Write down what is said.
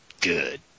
good